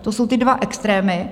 To jsou ty dva extrémy.